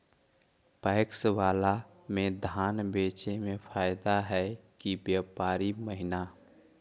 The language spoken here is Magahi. पैकस बाला में धान बेचे मे फायदा है कि व्यापारी महिना?